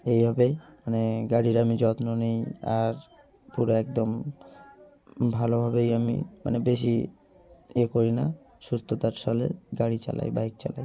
এইভাবেই মানে গাড়ির আমি যত্ন নিই আর পুরো একদম ভালোভাবেই আমি মানে বেশি এ করি না সুস্থতার ছলে গাড়ি চালাই বাইক চালাই